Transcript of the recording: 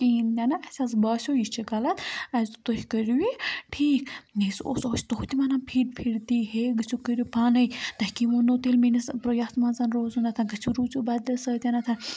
کِہیٖنۍ تہِ نہٕ اَسہِ حظ باسیو یہِ چھُ غلط اَسہِ دوٚپ تُہۍ کٔرِو یہِ ٹھیٖک یہِ سُہ اوس توتہِ وَنان پھِیٖر پھیٖر تی ہے گژھِو کٔرِو پانَے تۄہہِ کمۍ ووٚنو تیٚلہِ میٲنِس یَتھ منٛز روزُنَتھَن گٔژھِو روٗزِو بَدل سۭتۍ